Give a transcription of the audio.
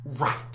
right